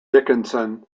dickinson